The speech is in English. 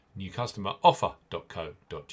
newcustomeroffer.co.uk